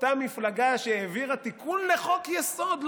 אותה מפלגה שהעבירה תיקון לחוק-יסוד,